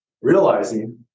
realizing